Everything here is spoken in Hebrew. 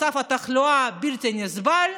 מצב התחלואה בלתי נסבל,